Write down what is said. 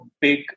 big